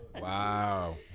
Wow